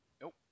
Nope